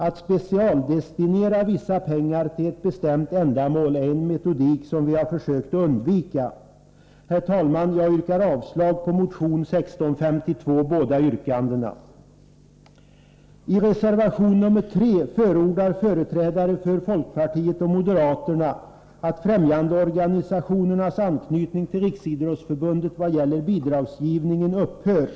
Att specialdestinera vissa pengar till ett bestämt ändamål är en metodik som vi har försökt att undvika. Herr talman! Jag yrkar avslag på de yrkanden som framförts i motion 1652. I reservation nr 3 förordar företrädare för folkpartiet och moderaterna att främjandeorganisationernas anknytning till Riksidrottsförbundet vad gäller bidragsgivning upphör.